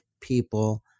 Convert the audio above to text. people